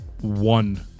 one